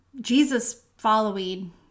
Jesus-following